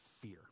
Fear